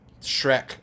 Shrek